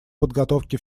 подготовки